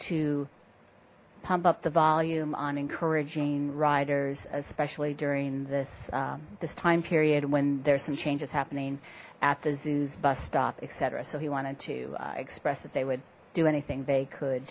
to pump up the volume on encouraging riders especially during this this time period when there's some changes happening at the zoo's bus stop etc so he wanted to express that they would do anything they could